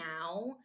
now